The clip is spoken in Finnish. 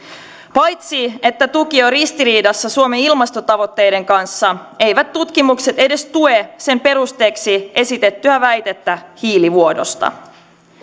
paitsi että tuki on ristiriidassa suomen ilmastotavoitteiden kanssa eivät tutkimukset edes tue sen perusteeksi esitettyä väitettä hiilivuodosta